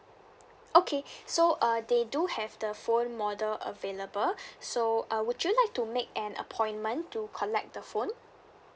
okay so uh they do have the phone model available so uh would you like to make an appointment to collect the phone